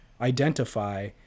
identify